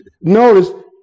Notice